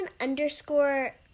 underscore